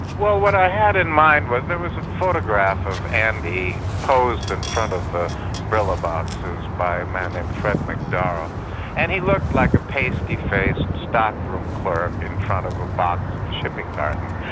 well, what i had in mind was there was a photograph of andy posed in front of brillo boxes by a man named fred mcdarrah and he looked like a pasty-faced stockroom clerk in front of a box of shipping cartons.